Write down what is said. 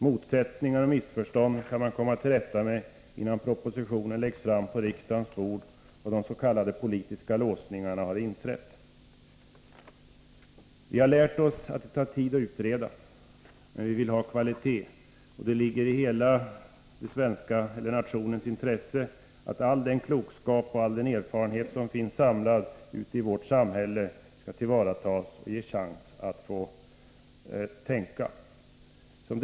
Motsättningar och missförstånd kan man komma till rätta med innan propositioner läggs på riksdagens bord och de s.k. politiska låsningarna har inträtt. Vi har lärt oss att det tar tid att utreda, men vi vill ha kvalitet, och det ligger i hela nationens intresse att all den klokskap och erfarenhet som finns samlade ute i vårt samhälle tas till vara och ges chans att komma till uttryck.